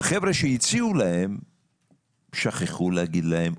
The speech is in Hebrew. החבר'ה שהציעו להם שכחו להגיד להם,